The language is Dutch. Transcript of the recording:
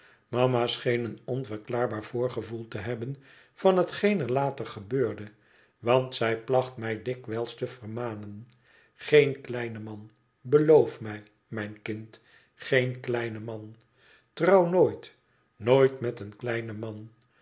scheen een onverklaarbaar voorgevoel te hebben van hetgeen er later gebeurde want zij placht mij dikwijls te vermanen geen kleine man beloof mij mijn kind geen kleine man trouw nooit nooit met een kleinen man